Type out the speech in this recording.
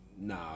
Nah